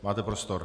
Máte prostor.